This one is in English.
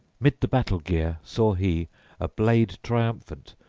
mid the battle-gear saw he a blade triumphant,